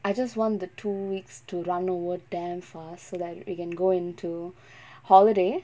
I just want the two weeks to run over damn far so that we can go into holiday